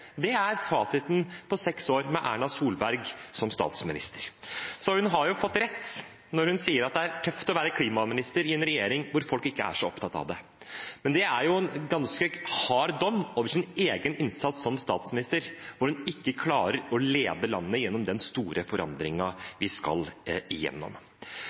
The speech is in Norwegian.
det er fasiten med Erna Solberg som statsminister. Hun har fått rett når hun sier det er tøft å være klimaminister i en regjering der folk ikke er så opptatt av det. Men det er en ganske hard dom over sin egen innsats som statsminister, at hun ikke klarer å lede landet gjennom den store forandringen vi skal igjennom.